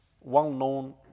well-known